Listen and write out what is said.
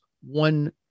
one